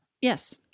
Yes